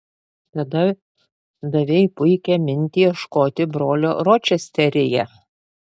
tada davei puikią mintį ieškoti brolio ročesteryje